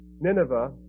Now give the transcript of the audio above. Nineveh